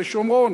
בשומרון.